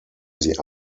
sie